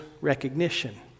recognition